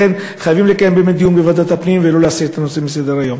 לכן חייבים לקיים באמת דיון בוועדת הפנים ולא להסיר את הנושא מסדר-היום.